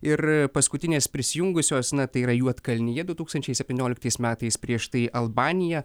ir paskutinės prisijungusios na tai yra juodkalnija du tūkstančiai septynioliktais metais prieš tai albanija